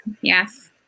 yes